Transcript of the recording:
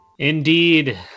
Indeed